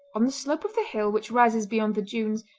on the slope of the hill which rises beyond the dunes,